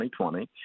2020